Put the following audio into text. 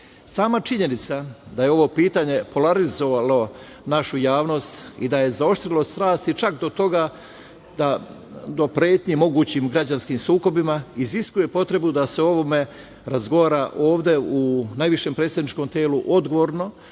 činjenica da je ovo pitanje polarizovalo našu javnost i da je zaoštrilo strasti čak do pretnji mogućim građanskim sukobima iziskuje potrebu da se o ovome razgovara ovde u najvišem predsedstavničkom telu odgovorno